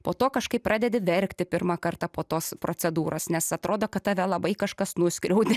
po to kažkaip pradedi verkti pirmą kartą po tos procedūros nes atrodo kad tave labai kažkas nuskriaudė